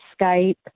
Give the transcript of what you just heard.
Skype